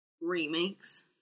remakes